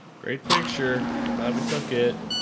great picture, glad we took it.